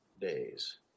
Days